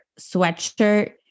sweatshirt